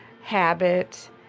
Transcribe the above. habit